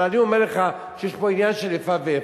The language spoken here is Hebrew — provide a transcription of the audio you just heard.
אבל אני אומר לך שיש פה עניין של איפה ואיפה.